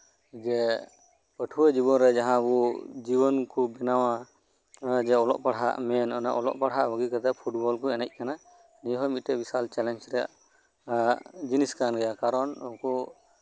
ᱡᱮ ᱯᱟᱹᱴᱷᱣᱟᱹ ᱡᱤᱭᱚᱱ ᱨᱮ ᱡᱟᱦᱟᱸ ᱠᱚ ᱡᱤᱭᱚᱱ ᱠᱚ ᱵᱮᱱᱟᱣᱟ ᱡᱟᱦᱟᱸ ᱚᱞᱚᱜ ᱯᱟᱲᱦᱟᱜ ᱢᱮᱱ ᱚᱱᱟ ᱚᱞᱚᱜ ᱯᱟᱲᱦᱟᱜ ᱵᱟᱜᱤ ᱠᱟᱛᱮ ᱯᱷᱩᱴᱵᱚᱞ ᱠᱚ ᱮᱱᱮᱡ ᱠᱟᱱᱟ ᱱᱤᱭᱟᱹ ᱦᱚᱸ ᱢᱤᱫᱴᱤᱡ ᱵᱤᱥᱟᱞ ᱪᱮᱞᱮᱧᱡ ᱨᱮᱭᱟᱜ ᱡᱤᱱᱤᱥ ᱠᱟᱱ ᱜᱮᱭᱟ ᱠᱟᱨᱚᱱ ᱩᱱᱠᱩ